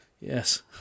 Yes